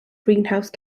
greenhouse